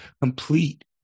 complete